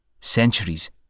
centuries